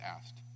asked